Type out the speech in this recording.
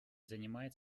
занимает